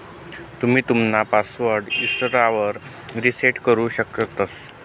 तुम्ही तुमना पासवर्ड इसरावर रिसेट करु शकतंस